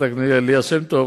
חברת הכנסת ליה שמטוב,